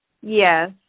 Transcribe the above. Yes